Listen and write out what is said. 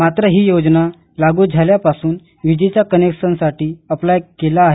मात्र ही योजना लागू झाल्यापासून वीजेच्या कनेक्शनसाठी अर्ज केला आहे